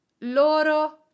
loro